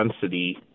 density